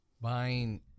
buying